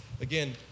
Again